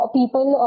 people